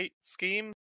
scheme